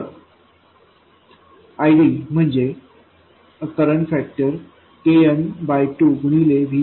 तर IDम्हणजे current factor Kn2 गुणिले 2आहे